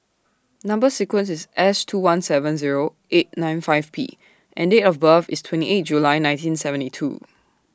Number sequence IS S two one seven Zero eight nine five P and Date of birth IS twenty eight July nineteen twenty seven